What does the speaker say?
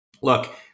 look